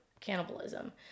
cannibalism